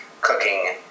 cooking